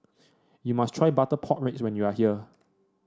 you must try Butter Pork Ribs when you are here